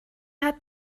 hat